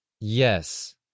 Yes